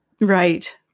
Right